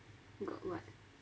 got what